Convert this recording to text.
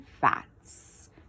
fats